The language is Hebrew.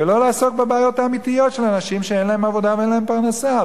ולא לעסוק בבעיות האמיתיות של אנשים שאין להם עבודה ואין להם פרנסה.